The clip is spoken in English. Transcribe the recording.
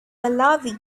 malawi